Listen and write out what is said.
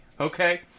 okay